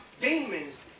demons